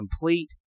complete